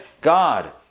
God